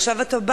עכשיו אתה בא,